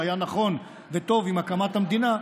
שהיה נכון וטוב עם הקמת המדינה,